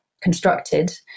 constructed